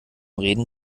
reden